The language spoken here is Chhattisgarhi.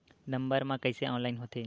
नम्बर मा कइसे ऑनलाइन होथे?